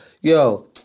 Yo